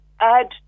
add